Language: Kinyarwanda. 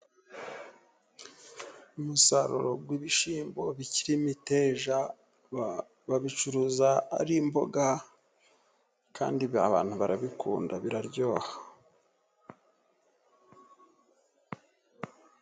Umusaruro w'ibishyimbo bikiri imiteja, babicuruza ari imboga, kandi abantu barabikunda, biraryoha.